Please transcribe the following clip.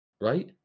right